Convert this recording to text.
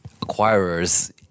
acquirers